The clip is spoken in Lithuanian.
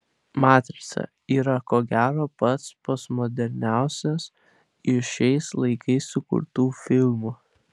matrica yra ko gero pats postmoderniausias iš šiais laikais sukurtų filmų